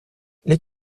les